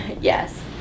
Yes